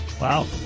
Wow